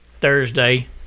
Thursday